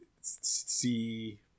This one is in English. see